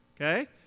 okay